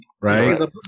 right